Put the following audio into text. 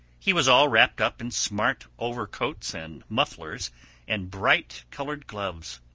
he was all wrapped up in smart overcoats and mufflers and bright-colored gloves.